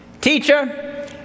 Teacher